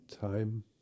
time